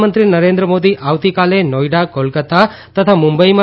પ્રધાનમંત્રી નરેન્દ્ર મોદી આવતીકાલે નોઇડા કોલકત્તા તથા મુંબઇમાં